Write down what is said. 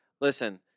Listen